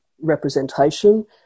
representation